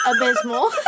Abysmal